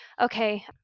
okay